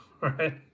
right